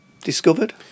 discovered